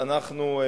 אנחנו,